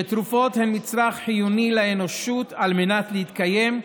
שתרופות הן מצרך חיוני לאנושות על מנת להתקיים,